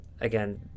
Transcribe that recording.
Again